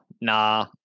nah